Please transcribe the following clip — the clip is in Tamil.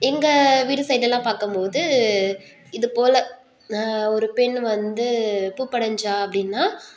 எங்கள் வீடு சைட்லலாம் பார்க்கம்போது இது போல ஒரு பெண் வந்து பூப்படைஞ்சாள் அப்படின்னா